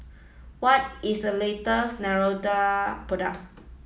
what is the latest product